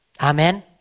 Amen